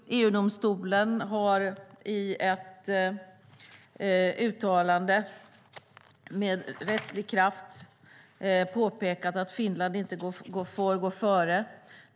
EU-domstolen har i ett uttalande med rättslig kraft påpekat att Finland inte får gå före.